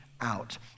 out